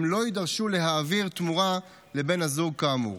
הם לא יידרשו להעביר תמורה לבן הזוג כאמור.